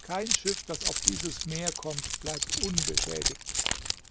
kein schiff das auf dieses meer kommt bleibt unbeschädigt